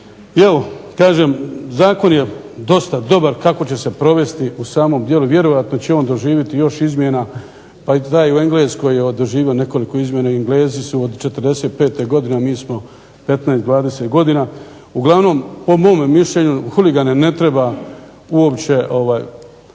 evo kažem zakon je dosta dobar, kako će se provesti u samom djelu vjerojatno će on doživjeti još izmjena pa i taj u Engleskoj je doživio nekoliko izmjena. Englezi su od '45. godine, a mi smo 15, 20 godina. Uglavnom, po mom mišljenju huligane ne treba uopće žaliti,